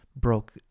broke